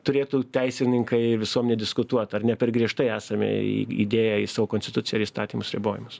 turėtų teisininkai ir visuomenė diskutuot ar ne per griežtai esame į įdėję į savo konstituciją ir įstatymus ribojimus